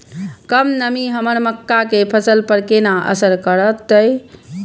कम नमी हमर मक्का के फसल पर केना असर करतय?